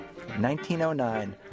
1909